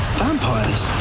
vampires